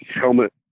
helmet